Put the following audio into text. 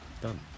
Done